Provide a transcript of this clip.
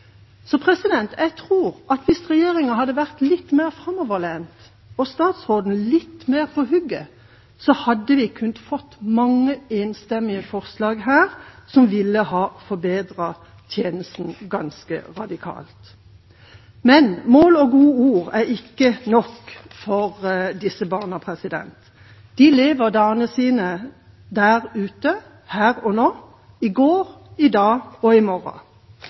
Så jeg tror at hvis regjeringa hadde vært litt mer framoverlent og statsråden litt mer på hugget, hadde vi kunnet få mange enstemmige forslag her som ville ha forbedret tjenesten ganske radikalt. Men mål og gode ord er ikke nok for disse barna. De lever dagene sine der ute her og nå – i går, i dag og i morgen.